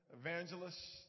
evangelists